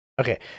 Okay